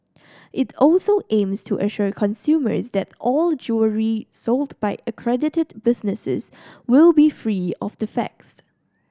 it also aims to assure consumers that all jewellery sold by accredited businesses will be free of defects